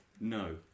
No